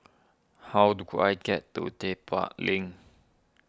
how do I get to Link